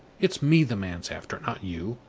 it's me the man's after not you.